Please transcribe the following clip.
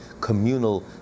communal